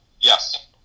Yes